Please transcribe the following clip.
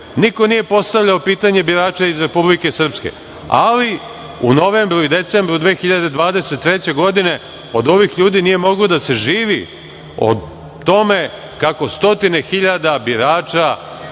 niko nije postavio pitanja birača iz Republike Srpske, ali u novembru i decembru 2023. godine, od ovih ljudi nije moglo da se živi o tome kako stotine hiljada birača